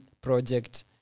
project